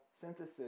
synthesis